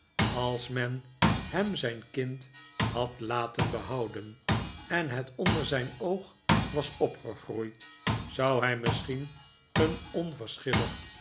als men hem zijn kind had laten behouden en het onder zijn oog was opgegroeid zou hij misschien een